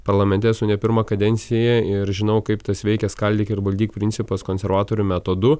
parlamente esu ne pirmą kadenciją ir žinau kaip tas veikia skaldyk ir valdyk principas konservatorių metodu